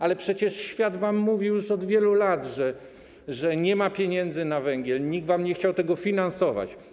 Ale przecież świat wam mówił już od wielu lat, że nie ma pieniędzy na węgiel, nikt wam tego nie chciał finansować.